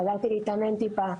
חזרתי להתאמן טיפה,